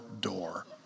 door